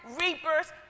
reapers